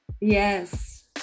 Yes